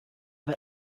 were